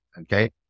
okay